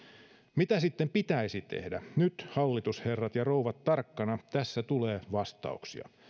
mitä sitten pitäisi tehdä nyt hallitusherrat ja rouvat tarkkana tässä tulee vastauksia